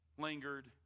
lingered